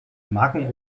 marken